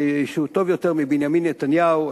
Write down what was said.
שהוא טוב יותר מבנימין נתניהו,